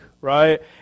Right